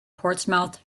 portsmouth